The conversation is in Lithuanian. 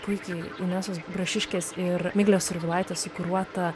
puikiai inesos brašiškės ir miglės survilaitės sukuruota